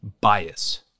bias